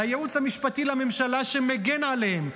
והייעוץ המשפטי לממשלה שמגן עליהם,